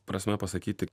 prasme pasakyti